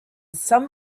some